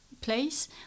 place